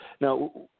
Now